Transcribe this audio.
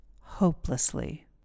hopelessly